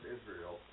Israel